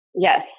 Yes